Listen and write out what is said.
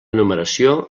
numeració